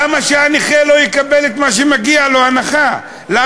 למה שהנכה לא יקבל את ההנחה שמגיעה לו?